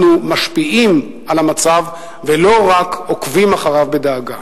משפיעים על המצב ולא רק עוקבים אחריו בדאגה.